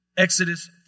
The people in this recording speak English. Exodus